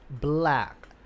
black